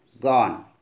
Gone